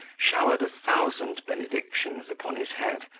showered a thousand benedictions upon his head,